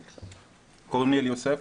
קוראים לי אליוסף,